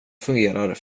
funkar